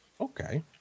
Okay